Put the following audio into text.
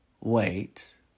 Wait